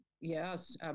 yes